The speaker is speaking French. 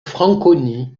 franconie